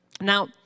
Now